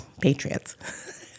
patriots